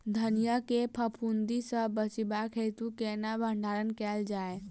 धनिया केँ फफूंदी सऽ बचेबाक हेतु केना भण्डारण कैल जाए?